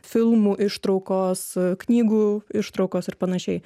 filmų ištraukos knygų ištraukos ir panašiai